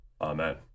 Amen